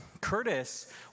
Curtis